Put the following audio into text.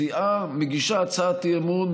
סיעה מגישה הצעת אי-אמון,